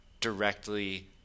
directly